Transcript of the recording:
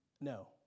No